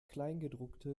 kleingedruckte